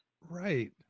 Right